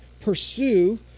pursue